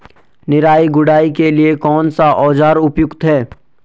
निराई गुड़ाई के लिए कौन सा औज़ार उपयुक्त है?